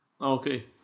Okay